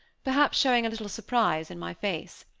perhaps showing a little surprise in my face.